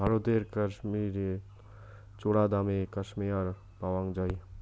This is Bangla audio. ভারতের কাশ্মীরত চরাদামে ক্যাশমেয়ার পাওয়াং যাই